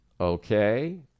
okay